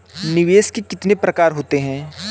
निवेश के कितने प्रकार होते हैं?